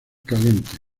caliente